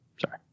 sorry